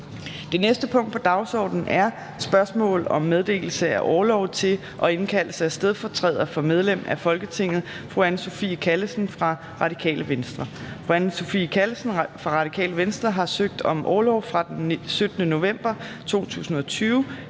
Det næste punkt på dagsordenen er: 3) Spørgsmål om meddelelse af orlov til og indkaldelse af stedfortræder for medlem af Folketinget Anne Sophie Callesen (RV). Kl. 14:07 Fjerde næstformand (Trine Torp): Medlem af Folketinget Anne Sophie Callesen fra Radikale Venstre har søgt om orlov fra den 17. november 2020,